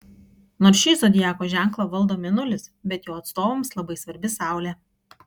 nors šį zodiako ženklą valdo mėnulis bet jo atstovams labai svarbi saulė